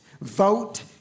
Vote